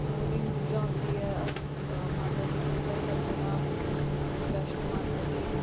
नौ दिन पूजा होंदी ऐ अस माता दी पूजा करने आं अपनी वैष्णो माता दी